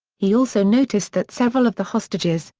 he also noticed that several of the hostages,